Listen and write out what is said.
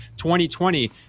2020